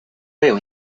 veo